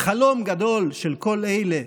חלום גדול של כל אלה